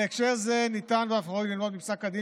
בהקשר זה אנחנו יכולים ללמוד מפסק הדין